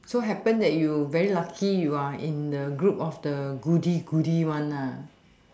so happen that you very lucky you are in the group of the goodies goodies one lah